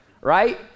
right